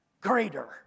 greater